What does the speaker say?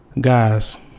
Guys